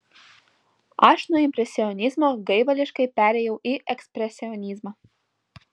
aš nuo impresionizmo gaivališkai perėjau į ekspresionizmą